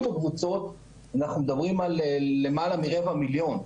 בקבוצות אנחנו מדברים על למעלה מרבע מיליון.